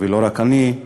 ולא רק אני,